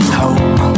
hope